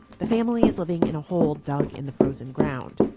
the family is living in a hole dug in the frozen ground,